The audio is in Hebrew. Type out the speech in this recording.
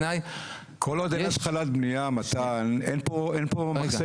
כל עוד אין התחלת בנייה מתן, אין פה מחסנית.